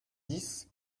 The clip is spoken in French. dix